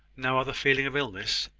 no other feeling of illness?